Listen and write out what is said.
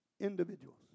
individuals